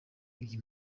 iyi